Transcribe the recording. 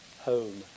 Home